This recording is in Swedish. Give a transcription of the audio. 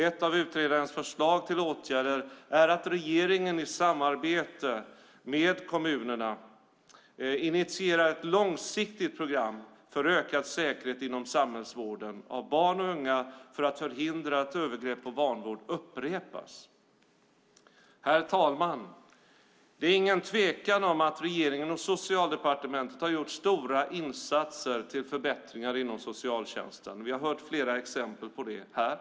Ett av utredarens förslag till åtgärder är att regeringen i samarbete med kommunerna initierar ett långsiktigt program för ökad säkerhet inom samhällsvården av barn och unga för att förhindra att övergrepp och vanvård upprepas. Herr talman! Det råder ingen tvekan om att regeringen och Socialdepartementet har gjort stora insatser för förbättringar inom socialtjänsten. Vi har hört flera exempel på detta här.